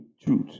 truth